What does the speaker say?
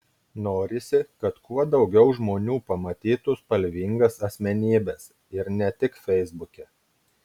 norisi kad kuo daugiau žmonių pamatytų spalvingas asmenybes ir ne tik feisbuke